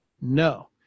No